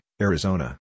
Arizona